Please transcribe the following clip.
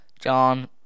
John